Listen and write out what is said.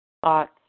Thoughts